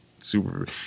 super